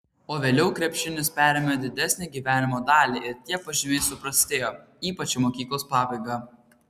o vėliau krepšinis perėmė didesnę gyvenimo dalį ir tie pažymiai suprastėjo ypač į mokyklos pabaigą